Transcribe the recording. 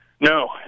No